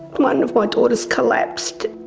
one of my daughters collapsed.